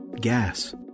gas